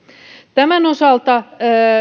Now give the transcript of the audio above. tämän osalta